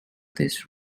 this